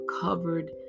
covered